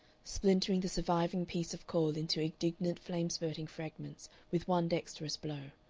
splintering the surviving piece of coal into indignant flame-spurting fragments with one dexterous blow,